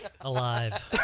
alive